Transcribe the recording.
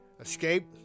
escape